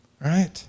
Right